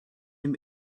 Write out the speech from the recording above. him